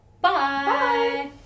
Bye